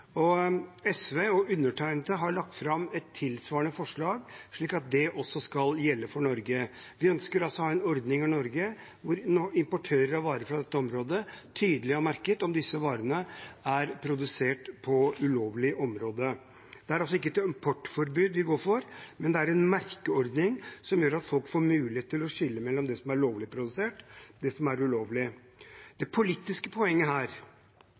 land. SV og undertegnede har lagt fram et tilsvarende forslag, slik at det også skal gjelde for Norge. Vi ønsker altså å ha en ordning i Norge der importører av varer fra dette området tydelig har merket om disse varene er produsert på ulovlig område. Det er altså ikke et importforbud vi går inn for, men en merkeordning som gjør at folk får mulighet til å skille mellom det som er lovlig produsert, og det som er ulovlig produsert. Det politiske poenget her